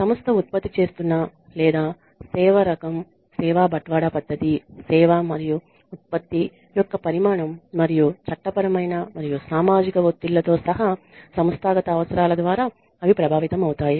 సంస్థ ఉత్పత్తి చేస్తున్న ఉత్పత్తి లేదా సేవ రకం సేవా బట్వాడా పద్ధతి సేవ మరియు లేదా ఉత్పత్తి యొక్క పరిమాణం మరియు చట్టపరమైన మరియు సామాజిక ఒత్తిళ్లతో సహా సంస్థాగత అవసరాల ద్వారా అవి ప్రభావితమవుతాయి